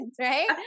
Right